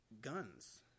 guns